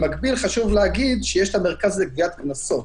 במקביל, חשוב להגיד שיש את המרכז לגביית קנסות,